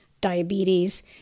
diabetes